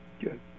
Good